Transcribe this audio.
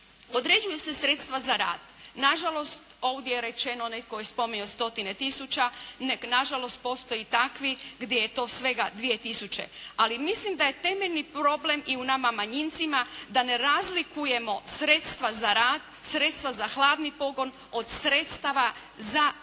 Određuju se sredstva za rad. Na žalost ovdje je rečeno, netko je spominjao stotine tisuća. Ne, na žalost postoje i takvi gdje je to svega 2 tisuće. Ali mislim da je temeljni problem i u nama manjincima da ne razlikujemo sredstva za rad, sredstva za hladni pogon od sredstava za